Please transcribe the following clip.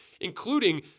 including